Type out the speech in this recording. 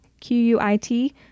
Q-U-I-T